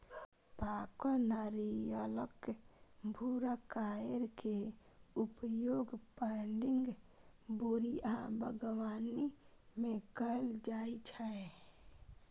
पाकल नारियलक भूरा कॉयर के उपयोग पैडिंग, बोरी आ बागवानी मे कैल जाइ छै